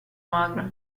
magro